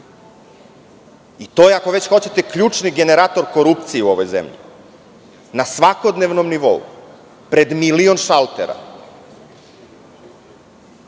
To je, ako već hoćete, ključni generator korupcije u ovoj zemlji na svakodnevnom nivou, pred milion šaltera. Šta